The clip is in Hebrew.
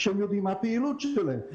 שהם יודעים מה הפעילות שלהם,